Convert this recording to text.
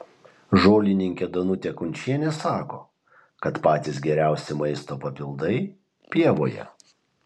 žolininkė danutė kunčienė sako kad patys geriausi maisto papildai pievoje